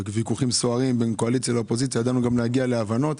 ויכוחים סוערים בין קואליציה לאופוזיציה אבל ידענו גם להגיע להבנות.